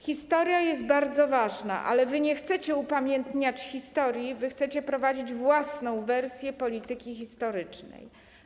Historia jest bardzo ważna, ale wy nie chcecie upamiętniać historii, wy chcecie prowadzić własną wersję polityki historycznej.